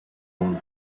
oldu